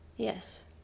Yes